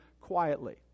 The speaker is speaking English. quietly